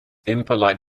impolite